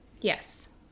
Yes